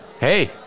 Hey